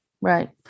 right